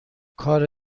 کار